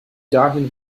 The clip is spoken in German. dahin